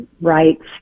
rights